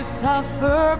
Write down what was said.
suffer